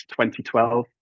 2012